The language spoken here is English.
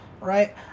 Right